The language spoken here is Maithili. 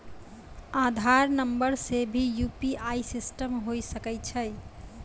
आधार नंबर से भी यु.पी.आई सिस्टम होय सकैय छै?